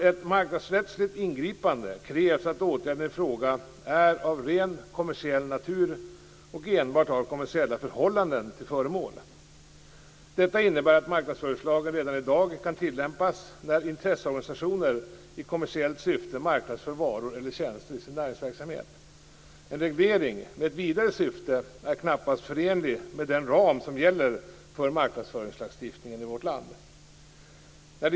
Han sade nämligen: "Detta innebär att marknadsföringslagen redan i dag kan tillämpas när intresseorganisationer i kommersiellt syfte marknadsför varor eller tjänster i sin näringsverksamhet." Det var ett positivt svar, men det gör mig ändå konfunderad.